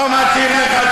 לא מתאים לך,